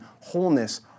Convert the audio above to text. wholeness